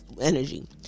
energy